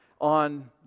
on